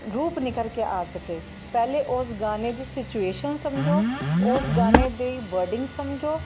ਰੂਪ ਨਿਕਲ ਕੇ ਆ ਸਕੇ ਪਹਿਲੇ ਉਸ ਗਾਣੇ ਦੀ ਸਿਚੁਏਸ਼ਨ ਸਮਝੋ ਉਸ ਗਾਣੇ ਦੀ ਵਰਡਿੰਗ ਸਮਝੋ